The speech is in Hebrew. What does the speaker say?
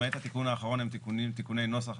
למעט התיקון האחרון הם תיקוני נוסח.